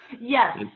Yes